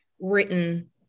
written